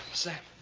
sam.